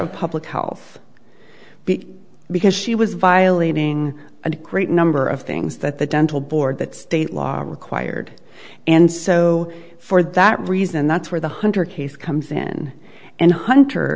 of public health because she was violating a great number of things that the dental board that state law required and so for that reason that's where the hunter case comes in and hunter